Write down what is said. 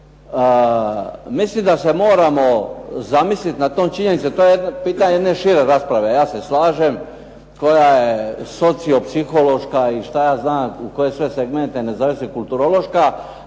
Mislim da se moramo zamisliti nad tom činjenicom. To je jedno pitanje jedne šire rasprave, ja se slažem koja je socio-psihološka i šta ja znam u koje sve segmente ne zalazi, kulturološka.